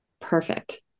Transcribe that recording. Perfect